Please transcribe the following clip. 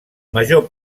major